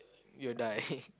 you'll die